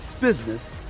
business